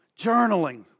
Journaling